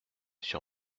sur